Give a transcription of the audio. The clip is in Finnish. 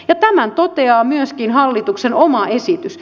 ja tämän toteaa myöskin hallituksen oma esitys